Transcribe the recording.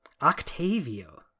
octavio